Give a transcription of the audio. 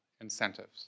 incentives